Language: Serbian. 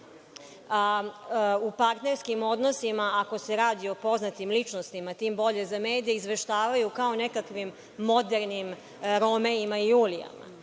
u partnerskim odnosima, ako se radi o poznatim ličnostima, tim bolje za medije, izveštavaju kao o nekakvim modernim Romeima i Julijama. Krivi